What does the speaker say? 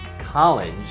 college